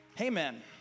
Amen